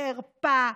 חרפה,